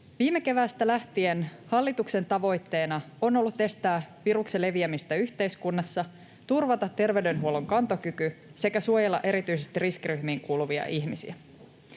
Viime keväästä lähtien hallituksen tavoitteena on ollut estää viruksen leviämistä yhteiskunnassa, turvata terveydenhuollon kantokyky sekä suojella erityisesti riskiryhmiin kuuluvia ihmisiä.